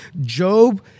Job